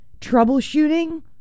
troubleshooting